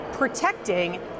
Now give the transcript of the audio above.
protecting